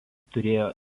turėjo